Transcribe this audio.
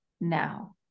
now